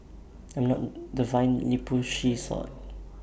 I'm not the violently pushy sort